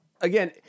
Again